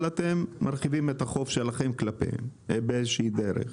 אבל אתם מרחיבים את החוב שלכם כלפיהם באיזה שהיא דרך.